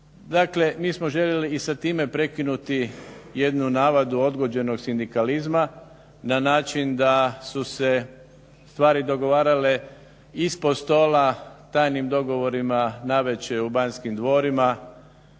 Dakle mi smo željeli i sa time prekinuti jednu navadu odgođenog sindikalizma na način da su se stvari dogovarale ispod stola tajnim dogovorima navečer u Banskim dvorima